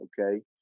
okay